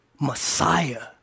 Messiah